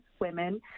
women